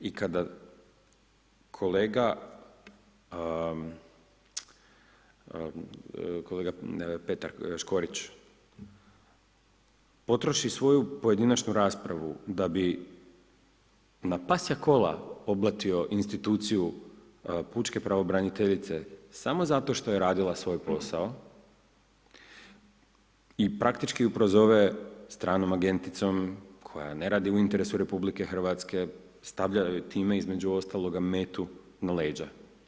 I kada kolega Petar Škorić potroši svoju pojedinačnu raspravu da bi na pasja kola oblatio instituciju Pučke pravobraniteljice samo zato što je radila svoj posao i praktički ju prozove stranom agenticom, koja ne radi u interesu RH, stavlja joj time, između ostalog, metu na leđa.